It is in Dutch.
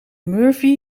murphy